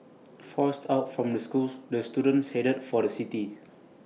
forced out from the schools the students headed for the city